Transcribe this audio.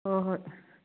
ꯍꯣ ꯍꯣꯏ